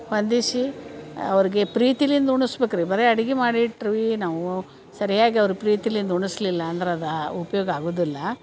ಹೊಂದಿಸಿ ಅವರಿಗೆ ಪ್ರೀತಿಲಿಂದ ಉಣಿಸ್ಬೇಕ್ರಿ ಬರೇ ಅಡಿಗಿ ಮಾಡಿ ಇಟ್ರ್ವಿ ನಾವು ಸರಿಯಾಗಿ ಅವರು ಪ್ರೀತಿಲಿಂದ ಉಣಿಸ್ಲಿಲ್ಲ ಅಂದ್ರೆ ಅದಾ ಉಪಯೋಗ ಆಗುದಿಲ್ಲ